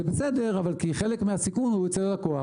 זה בסדר כי חלק מהסיכון הוא אצל הלקוח.